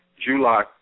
July